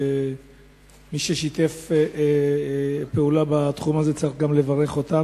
מי ששיתף פעולה בתחום הזה, צריך לברך גם אותו.